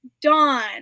dawn